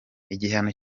igihano